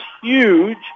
huge